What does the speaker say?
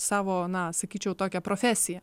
savo na sakyčiau tokią profesiją